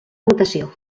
votació